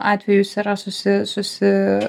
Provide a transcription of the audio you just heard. atvejus yra susi susi